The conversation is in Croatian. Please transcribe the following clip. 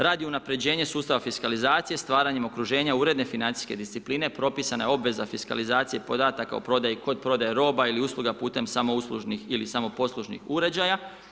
Radi unapređenja sustava fiskalizacije, stvaranjem okruženja uredne financijske discipline, propisana je obveza fiskalizacije podataka o prodaju, kod prodaje roba ili usluga putem samouslužnih ili samoposlužnih uređaja.